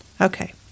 Okay